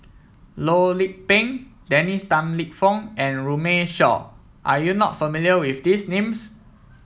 Loh Lik Peng Dennis Tan Lip Fong and Runme Shaw are you not familiar with these names